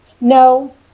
No